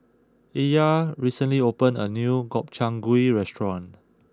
Illya recently opened a new Gobchang Gui restaurant